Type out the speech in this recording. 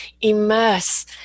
immerse